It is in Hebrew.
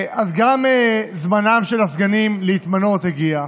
אז גם זמנם של הסגנים להתמנות הגיע.